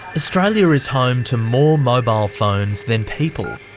australia is home to more mobile phones than people.